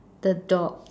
the dog